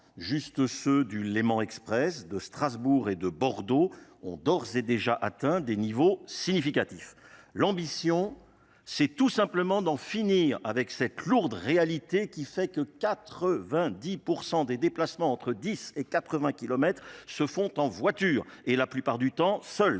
juste ceux du léman express de strasbourg et de bordeaux ont d'ores et déjà atteint des niveaux significatifs l'ambition c'est tout simplement d'en finir avec cette lourde réalité qui fait que quatre vingt dix des déplacements entre dix et quatre vingts kilomètres se font en voiture et la plupart du temps seuls